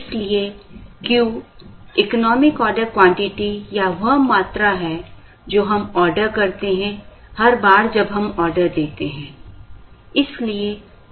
इसलिए Q economic order quantity या वह मात्रा है जो हम आर्डर करते हैं हर बार जब हम आर्डर देते हैं